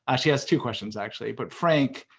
ah she has two questions actually but, frank,